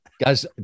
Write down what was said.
Guys